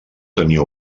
tenia